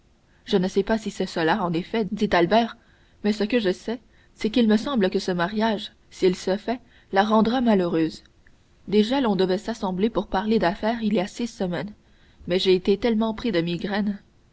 je ne sais si c'est cela en effet dit albert mais ce que je sais c'est qu'il me semble que ce mariage s'il se fait la rendra malheureuse déjà l'on devait s'assembler pour parler d'affaires il y a six semaines mais j'ai été tellement pris de migraines